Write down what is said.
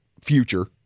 future